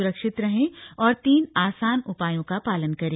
सुरक्षित रहें और तीन आसान उपायों का पालन करें